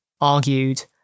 argued